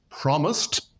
promised